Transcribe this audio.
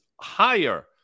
higher